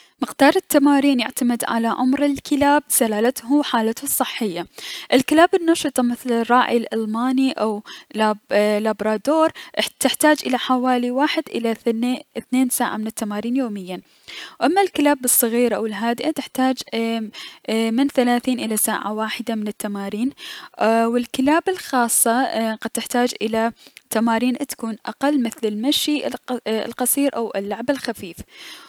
مقدار التمارين يعتمد على عمر الكلاب، سلالته، حالته الصحية الكلاب النشطة مثل الراعي الألماني او لاب اي لابرادور، تحتاج الى حوالي واحد الى ثني اثنين من التمارين يوميا، اما الكلاب الصغيرة و الهادئة من ثلاثين الى ساعة وحدة من التمرين اي- و الكلاب الخاصة اي قد تحتاج الى تمارين تكون اقل مثل المشي الق القصير او اللعب الخفيف.